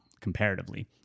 comparatively